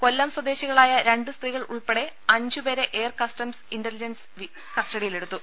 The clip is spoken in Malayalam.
കൊല്ലം സ്വദേശികളായ രണ്ട് സ്ത്രീകൾ ഉൾപ്പെടെ അഞ്ച് പേരെ എയർ കസ്റ്റംസ് ഇന്റലിജൻസ് കസ്റ്റഡിയിലെടു ത്തു